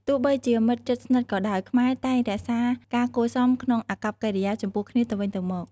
ទោះបីជាមិត្តជិតស្និទ្ធក៏ដោយ ខ្មែរតែងរក្សាការគួរសមក្នុងអាកប្បកិរិយាចំពោះគ្នាទៅវិញទៅមក។